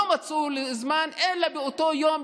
לא מצאו זמן אלא באותו יום,